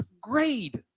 grade